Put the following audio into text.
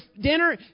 dinner